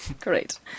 Great